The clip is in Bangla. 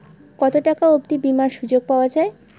কত টাকা অবধি বিমার সুবিধা পাওয়া য়ায়?